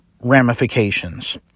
ramifications